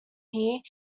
hee